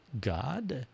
God